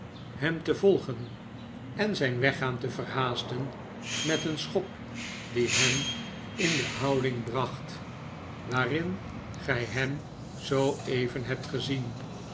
hem te volgen en zijn weggaan te verhaasten met een schop die hem in de houding bracht waarin gij hem zooeven hebt gezien